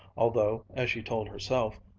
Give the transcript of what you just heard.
although, as she told herself,